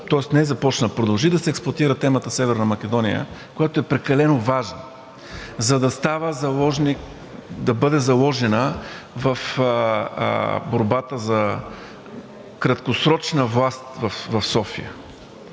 – не започна, продължи да се експлоатира темата Северна Македония, която е прекалено важна, за да бъде заложена в борбата за краткосрочна власт в София,